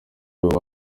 ubu